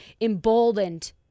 emboldened